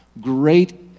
great